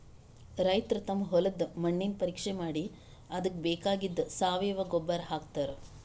ರೈತರ್ ತಮ್ ಹೊಲದ್ದ್ ಮಣ್ಣಿನ್ ಪರೀಕ್ಷೆ ಮಾಡಿ ಅದಕ್ಕ್ ಬೇಕಾಗಿದ್ದ್ ಸಾವಯವ ಗೊಬ್ಬರ್ ಹಾಕ್ತಾರ್